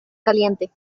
caliente